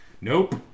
Nope